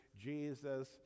Jesus